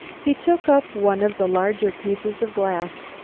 he took up one of the larger pieces' of glass.